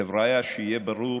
חבריא, שיהיה ברור,